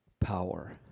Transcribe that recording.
power